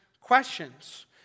questions